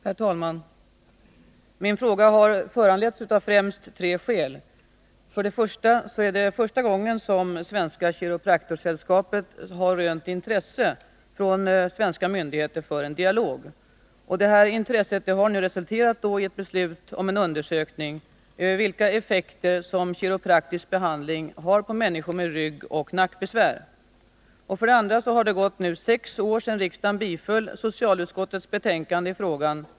Herr talman! Min fråga har framställts av främst tre skäl. För det första är det första gången som Svenska kiropraktorsällskapet har rönt intresse från svenska myndigheters sida för en dialog. Detta intresse har nu resulterat i ett beslut om en undersökning av vilka effekter som kiropraktisk behandling har på människor med ryggoch nackbesvär. För det andra har det gått sex år sedan riksdagen biföll socialutskottets förslag i frågan.